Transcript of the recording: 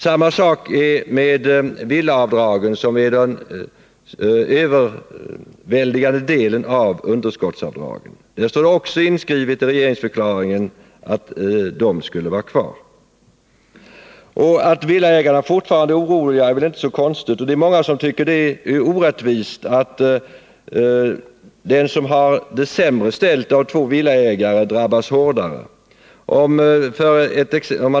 Samma sak gäller villaavdragen, som är den överväldigande delen av underskottsavdragen. Att de skulle vara kvar står också inskrivet i regeringsförklaringen. Att villaägarna fortfarande är oroliga är väl inte så konstigt. Många tycker det är orättvist att den som har det sämre ställt av två villaägare drabbas hårdare.